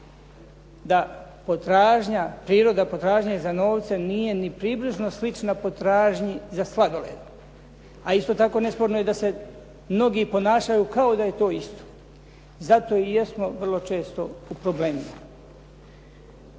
nesporno je da prirodna potražnja za novcem nije ni približno slična potražnji za sladoledom. A isto tako, nesporno je da se mnogi ponašaju kao da je to isto. Zato i jesmo vrlo često u problemima.